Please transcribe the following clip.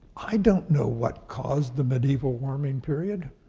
i don't know what caused the medieval warming period.